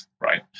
Right